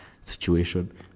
situation